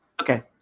Okay